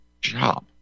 job